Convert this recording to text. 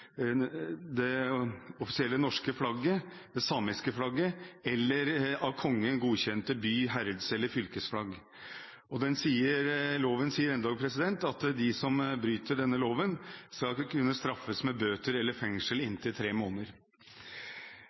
det offisielle norske flagget, det samiske flagget eller av Kongen godkjent by-, herreds- eller fylkesflagg. Loven sier endog at de som bryter denne loven, skal kunne straffes med bøter eller fengsel i inntil tre måneder.